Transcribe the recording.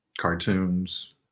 cartoons